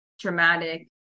traumatic